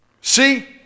See